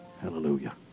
Hallelujah